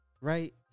right